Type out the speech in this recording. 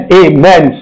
amen